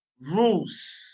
rules